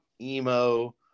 emo